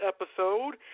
episode